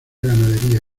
ganadería